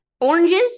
Oranges